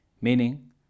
Meaning